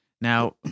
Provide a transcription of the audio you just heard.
Now